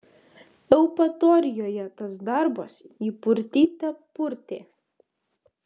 eupatorijoje tas darbas jį purtyte purtė